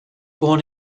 born